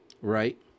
right